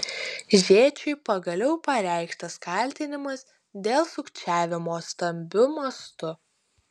žėčiui pagaliau pareikštas kaltinimas dėl sukčiavimo stambiu mastu